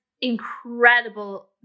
incredible